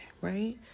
right